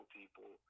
people